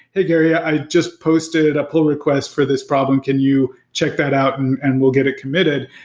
hey, gary. i just posted a poll request for this problem. can you check that out and and we'll get it committed?